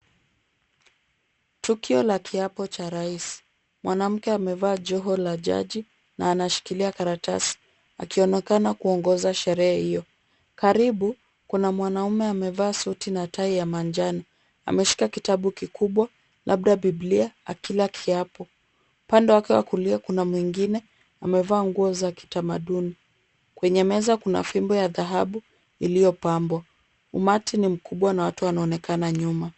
Tukio la kiapo cha rais. Mwanamke amevaa joho la jaji na anashikilia karatasi akionekana kuongoza sherehe hiyo. Karibu kuna mwanaume amevaa suti na tai ya manjano. Ameshika kitabu kikubwa labda bibilia akila kiapo. Upande wake wa kulia kuna mwingine amevaa nguo za kitamaduni. Kwenye meza kuna fimbo ya dhahabu iliyopambwa. Umati ni mkubwa na watu wanaonekana nyuma.